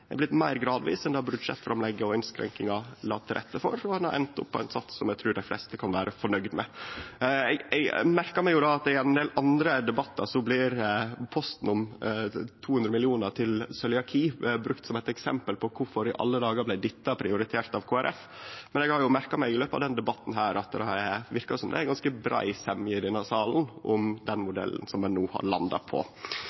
eg trur dei fleste kan vere fornøgde med. Eg merkar meg at i ein del andre debattar blir posten om 200 mill. kr til cøliakarar brukt som eit eksempel på: Kvifor i alle dagar blei dette prioritert av Kristeleg Folkeparti? Men eg har jo merka meg i løpet av denne debatten at det verkar som om det er ganske brei semje i denne salen om den